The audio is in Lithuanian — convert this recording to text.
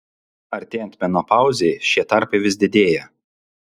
artėjant menopauzei šie tarpai vis didėja